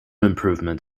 improvement